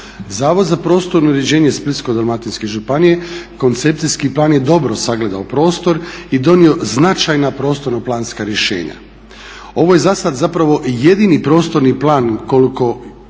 Zavod za prostorno uređenje Splitsko-dalmatinske županije, koncepcijski plan je dobro sagledao prostor i donio značajna prostorno-planska rješenja. Ovo je za sad zapravo jedini prostorni plan koliko